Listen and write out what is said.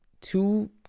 two